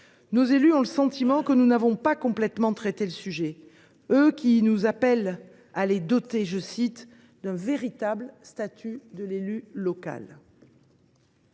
Nos élus, qui ont le sentiment que nous n’avons pas complètement traité la question, nous appellent à les doter d’un véritable statut de l’élu local.